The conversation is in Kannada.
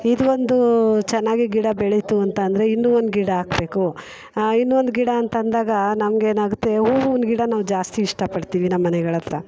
ಇದು ಒಂದೂ ಚೆನ್ನಾಗಿ ಗಿಡ ಬೆಳೀತು ಅಂತ ಅಂದರೆ ಇನ್ನೂ ಒಂದು ಗಿಡ ಹಾಕ್ಬೇಕು ಇನ್ನೂ ಒಂದು ಗಿಡ ಅಂತ ಅಂದಾಗ ನನಗೇನಾಗುತ್ತೆ ಹೂವಿನ ಗಿಡ ನಾವು ಜಾಸ್ತಿ ಇಷ್ಟ ಪಡ್ತೀವಿ ನಮ್ಮ ಮನೆಗಳ ಹತ್ರ